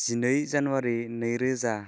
जिनै जानुवारि नैरोजा